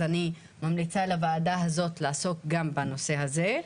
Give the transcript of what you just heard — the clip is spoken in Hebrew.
אז אני ממליצה לוועדה הזאת לעסוק גם בנושא הזה.